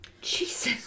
Jesus